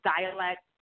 dialect